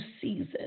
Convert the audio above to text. season